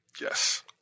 Yes